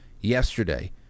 yesterday